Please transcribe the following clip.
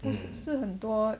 不是很多